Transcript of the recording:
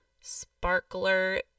sparkler